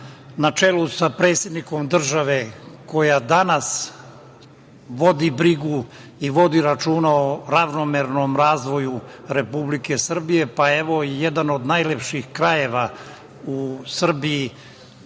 na čelu sa predsednikom države, koja danas vodi brigu i vodi računa o ravnomernom razvoju Republike Srbije, pa evo i jedan od najlepših krajeva u Srbiji,